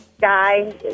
guy